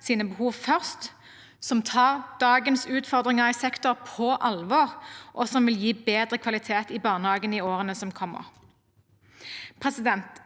ungenes behov først, som tar dagens utfordringer i sektoren på alvor, og som vil gi bedre kvalitet i barnehagene i årene som kommer.